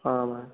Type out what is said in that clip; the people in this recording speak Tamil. ஆமாம்